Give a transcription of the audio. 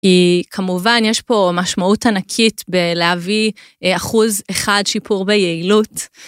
היא כמובן יש פה משמעות ענקית בלהביא אחוז אחד שיפור ביעילות.